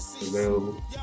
available